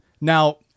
Now